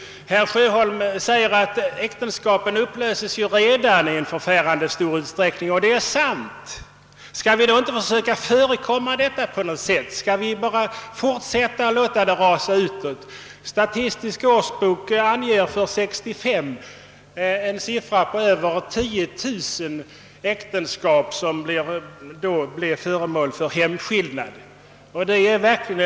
Herr Sjöholm säger att äktenskapen redan nu upplöses i förfärande stor utsträckning, och det är sant. Men skall vi då inte försöka förekomma detta? Skall vi bara låta det fortsätta att rasa utför? Statistisk årsbok anger att över 10 000 äktenskap blev föremål för hemskillnad år 1965.